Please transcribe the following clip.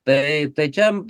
tai tai čia